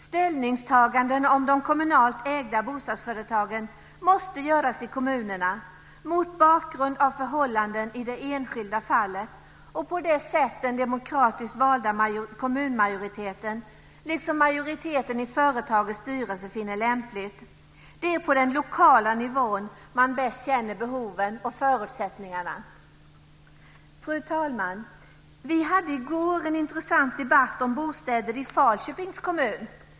Ställningstaganden om de kommunalt ägda bostadsföretagen måste göras i kommunerna, mot bakgrund av förhållanden i det enskilda fallet och på det sätt den demokratiskt valda kommunmajoriteten, liksom majoriteten i företagets styrelse, finner lämpligt. Det är på den lokala nivån man bäst känner behoven och förutsättningarna. Fru talman! Vi hade i går en intressant debatt om bostäder i Falköpings kommun.